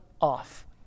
off